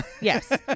Yes